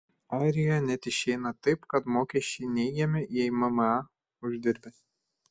airijoje net išeina taip kad mokesčiai neigiami jei mma uždirbi